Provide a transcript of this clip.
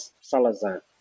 Salazar